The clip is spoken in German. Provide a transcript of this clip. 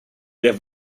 der